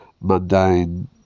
mundane